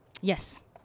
Yes